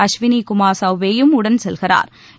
அஸ்வினி குமாா் சவுபேவும் உடன் செல்கிறாா்